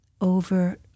over